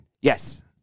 Yes